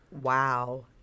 wow